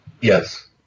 Yes